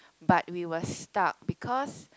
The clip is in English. but we were stuck because